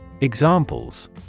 Examples